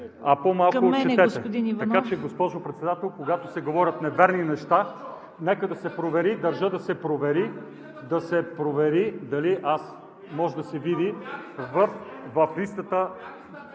ЛЪЧЕЗАР ИВАНОВ: Така че, госпожо Председател, когато се говорят неверни неща, нека да се провери, държа да се провери, да се провери дали аз, може да се види в листата…